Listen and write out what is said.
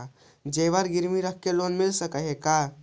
जेबर गिरबी रख के लोन मिल सकले हे का?